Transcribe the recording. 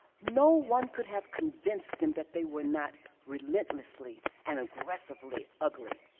no one could have convinced them that they were not relentlessly and aggressively ugly.